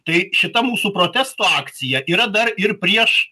tai šita mūsų protesto akcija yra dar ir prieš